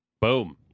Boom